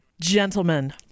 Gentlemen